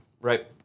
right